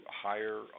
higher